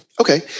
Okay